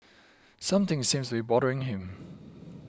something seems be bothering him